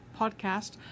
podcast